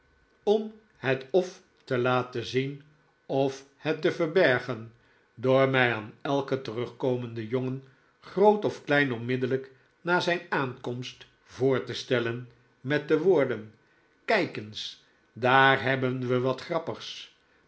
om het of te laten zien of het te verbergen door mij aan elken terugkomenden jongen groot of klein onmiddellijk na zijn aankomst voor te stellen met de woorden kijk eens daar hebben we wat grappigs